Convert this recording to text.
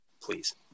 please